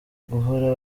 guhora